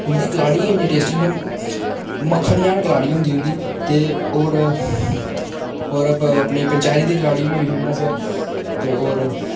उं'दी कलाड़ी गै इन्नी टेस्टी इ'यां मक्खन जन कलाड़ी होंदी उंदी ते होर होर अपनी पंचारी दी कलाड़ी बी बड़ी फेमस ऐ ते होर